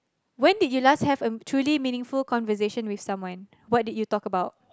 when did you last have a truly meaningful conversation with someone what did you talk about